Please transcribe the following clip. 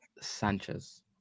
Sanchez